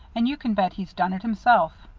and you can bet he's done it himself.